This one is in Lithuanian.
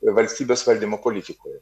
valstybės valdymo politikoje